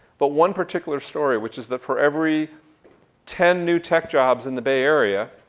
but one particular story which is that for every ten new tech jobs in the bay area,